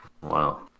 Wow